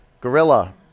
Gorilla